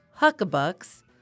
Huckabucks